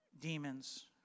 demons